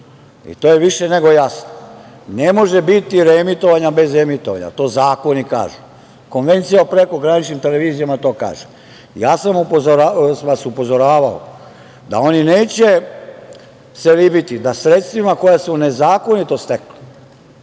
je više nego jasno, ne može biti reemitovanja bez emitovanja, to zakoni kažu. Konvencija o prekograničnim televizijama to kažu. Ja sam vas upozoravao da oni neće … da sredstvima koja su nezakonito stekla,